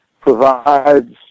provides